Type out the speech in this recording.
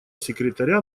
секретаря